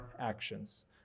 actions